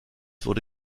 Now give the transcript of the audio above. wurde